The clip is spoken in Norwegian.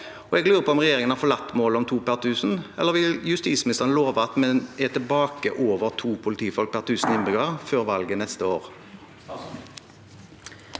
Jeg lurer på om regjeringen har forlatt målet om to per tusen, eller vil justisministeren love at vi er tilbake til over to politifolk per tusen innbyggere før valget neste år?